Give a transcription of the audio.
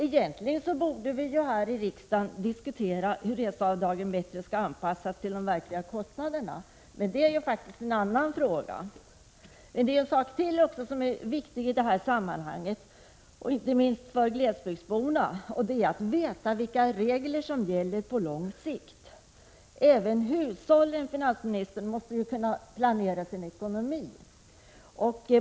Egentligen borde vi här i riksdagen diskutera hur reseavdragen bättre skall anpassas till de verkliga kostnaderna. Men det är faktiskt en annan fråga. En sak till som i det här sammanhanget är viktig, inte minst för glesbygdsborna, är att veta vilka regler som gäller på lång sikt. Även hushållen, finansministern, måste kunna planera sin ekonomi.